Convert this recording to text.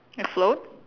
a float